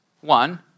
One